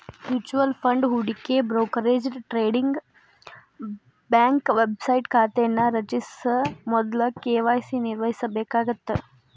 mutual fund ಹೂಡಿಕೆ brokerage trading bank website ಖಾತೆಯನ್ನ ರಚಿಸ ಮೊದ್ಲ ಕೆ.ವಾಯ್.ಸಿ ನಿರ್ವಹಿಸಬೇಕಾಗತ್ತ